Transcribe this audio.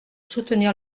soutenir